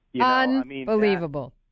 Unbelievable